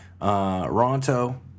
Ronto